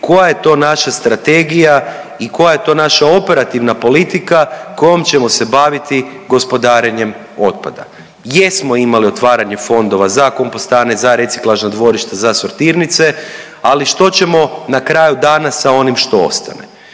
koja je to naša strategija i koja je to naša operativna politika kojom ćemo se baviti gospodarenjem otpada. Jesmo imali otvaranje fondova za kompostane, za reciklažna dvorišta, za sortirnice, ali što ćemo na kraju dana sa onim što ostane.